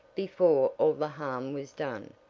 before all the harm was done.